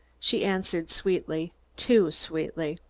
she answered sweetly too sweetly.